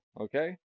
okay